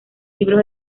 libros